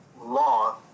law